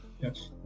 Yes